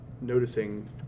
noticing